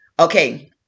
okay